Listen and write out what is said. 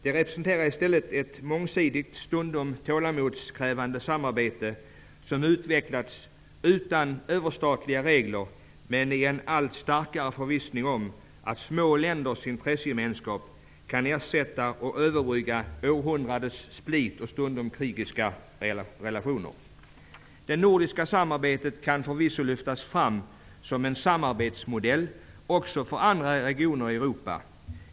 Det representerar i stället ett mångsidigt och stundom tålamodskrävande samarbete, som utvecklats utan överstatliga regler men i en allt starkare förvissning om att små länders intressegemenskap kan ersätta och överbrygga århundradens split och stundom krigiska relationer. Det nordiska samarbetet kan förvisso lyftas fram som en samarbetsmodell också för andra regioner i Europa.